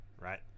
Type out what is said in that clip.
Right